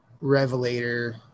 Revelator